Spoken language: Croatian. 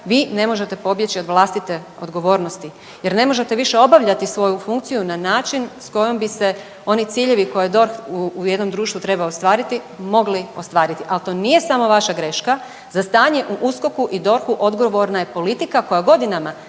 vi ne možete pobjeći od vlastite odgovornosti jer ne možete više obavljati svoju funkciju na način s kojom bi se oni ciljevi koje DORH u jednom društvu treba ostvariti, mogli ostvariti. Ali, to nije samo vaša greška. Za stanje u USKOK-u i DORH-u odgovorna je politika koja godina